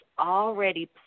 already